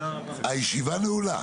הישיבה נעולה.